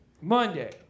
Monday